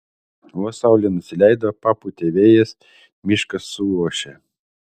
vos saulė nusileido papūtė vėjas miškas suošė